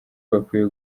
bakwiye